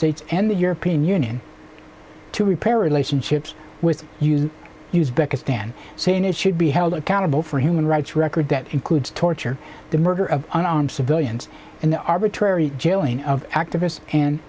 states and the european union to repair relationships with use use because dan saying it should be held accountable for human rights record that includes torture the murder of unarmed civilians and the arbitrary jailing of activists and